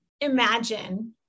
imagine